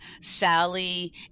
Sally